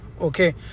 okay